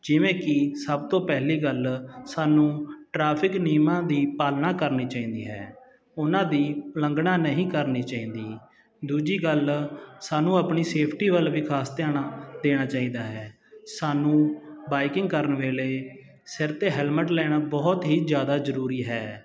ਜਿਵੇਂ ਕਿ ਸਭ ਤੋਂ ਪਹਿਲੀ ਗੱਲ ਸਾਨੂੰ ਟਰੈਫਿਕ ਨਿਯਮਾਂ ਦੀ ਪਾਲਣਾ ਕਰਨੀ ਚਾਹੀਦੀ ਹੈ ਉਹਨਾਂ ਦੀ ਉਲੰਘਣਾ ਨਹੀਂ ਕਰਨੀ ਚਾਹੀਦੀ ਦੂਜੀ ਗੱਲ ਸਾਨੂੰ ਆਪਣੀ ਸੇਫਟੀ ਵੱਲ ਵੀ ਖਾਸ ਧਿਆਣਾ ਦੇਣਾ ਚਾਹੀਦਾ ਹੈ ਸਾਨੂੰ ਬਾਈਕਿੰਗ ਕਰਨ ਵੇਲੇ ਸਿਰ 'ਤੇ ਹੈਲਮਟ ਲੈਣਾ ਬਹੁਤ ਹੀ ਜ਼ਿਆਦਾ ਜ਼ਰੂਰੀ ਹੈ